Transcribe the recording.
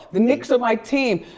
the knicks are my team.